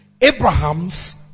Abraham's